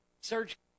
Search